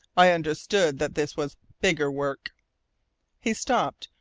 i understood that this was bigger work he stopped,